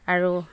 আৰু